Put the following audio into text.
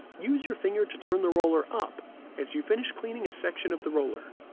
use your finger to turn the roller up as you finish cleaning a section of the roller.